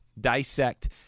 dissect